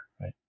right